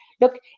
look